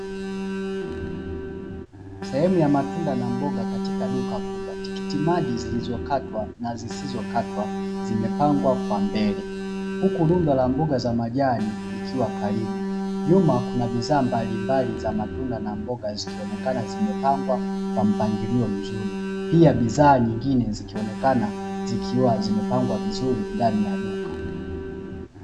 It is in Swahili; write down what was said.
Sehemu ya matunda katika duka kubwa tikitimaji zilizo katwa na zisizo katwa zimepangwa kwa mbele, huku lundo la majani likiwa karibu nyuma kuna bidhaa mbalimbali za matunda na mboga zikionekana zimepangwa kwa mpangilio mzuri. Pia bidhaa zikionekana zikiwa zimepangwa vizuri ndani ya duka.